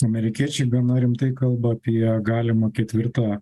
amerikiečiai gana rimtai kalba apie galimą ketvirtą